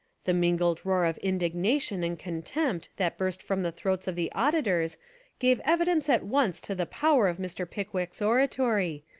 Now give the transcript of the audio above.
the mingled roar of indignation and con tempt that burst from the throats of the audi tors gave evidence at once to the power of mr. pickwick's oratory,